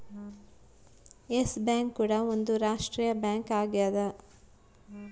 S Bank ಕೂಡ ಒಂದ್ ರಾಷ್ಟ್ರೀಯ ಬ್ಯಾಂಕ್ ಆಗ್ಯದ